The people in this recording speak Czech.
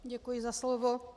Děkuji za slovo.